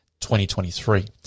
2023